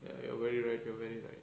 ya you are very right